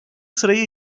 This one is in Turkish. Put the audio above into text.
sırayı